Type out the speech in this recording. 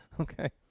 Okay